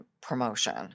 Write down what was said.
promotion